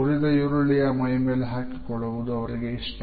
ಉರಿದ ಈರುಳ್ಳಿಯ ಮೈಮೇಲೆ ಹಾಕಿಕೊಳ್ಳುವುದು ಅವರಿಗೆ ಇಷ್ಟ